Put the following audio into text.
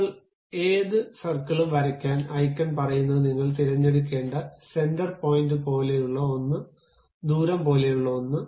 ഇപ്പോൾ ഏത് സർക്കിളും വരയ്ക്കാൻ ഐക്കൺ പറയുന്നത് നിങ്ങൾ തിരഞ്ഞെടുക്കേണ്ട സെന്റർ പോയിന്റ് പോലെയുള്ള ഒന്ന് ദൂരം പോലെയുള്ള ഒന്ന്